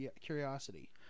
curiosity